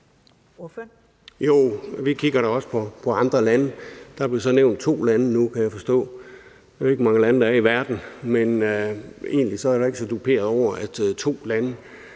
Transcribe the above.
Jo, vi kigger da også på andre lande. Der blev så nu nævnt to lande. Jeg ved ikke, hvor mange lande der er i verden, men egentlig er jeg da ikke så duperet over, at